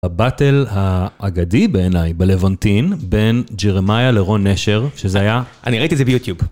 בבטל האגדי בעיניי בלוונטין בין ג'רמאיה לרון נשר שזה היה... אני ראיתי את זה ביוטיוב.